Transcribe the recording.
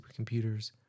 supercomputers